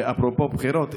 ואפרופו בחירות,